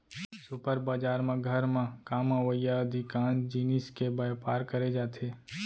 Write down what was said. super बजार म घर म काम अवइया अधिकांस जिनिस के बयपार करे जाथे